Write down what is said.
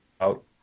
out